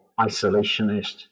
isolationist